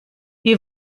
wie